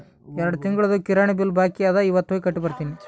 ಎರಡು ತಿಂಗುಳ್ದು ಕಿರಾಣಿ ಬಿಲ್ ಬಾಕಿ ಅದ ಇವತ್ ಹೋಗಿ ಕಟ್ಟಿ ಬರ್ತಿನಿ